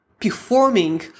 performing